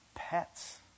pets